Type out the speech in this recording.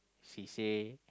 she say